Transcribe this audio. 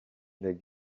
les